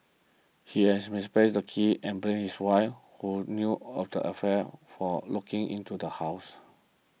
he had misplaced his keys and blamed his wife who knew of the affair for locking into the house